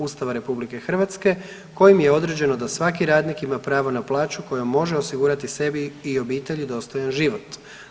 Ustava RH kojim je određeno da svaki radnik ima pravo na plaću kojom može osigurati sebi i obitelji dostojan život“